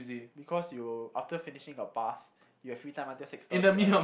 because you after finishing a pass you have free time until six thirty right